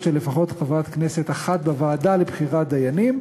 של לפחות חברת כנסת אחת בוועדה לבחירת דיינים.